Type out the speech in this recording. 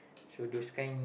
so those kind